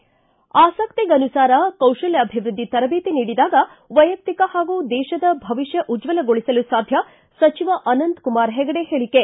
ಆಸಕ್ತಿಗನುಸಾರ ಕೌಶಲ್ಯಾಭಿವೃದ್ಧಿ ತರಬೇತಿ ನೀಡಿದಾಗ ವೈಯಕ್ತಿಕ ಹಾಗೂ ದೇಶದ ಭವಿಷ್ಠ ಉಜ್ವಲಗೊಳಿಸಲು ಸಾಧ್ಯ ಸಚಿವ ಅನಂತಕುಮಾರ ಹೆಗಡೆ ಹೇಳಿಕೆ